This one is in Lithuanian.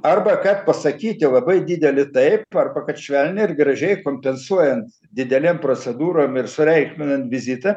arba kad pasakyti labai didelį taip arba kad švelniai ir gražiai kompensuojant didelėm procedūrom ir sureikšminant vizitą